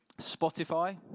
Spotify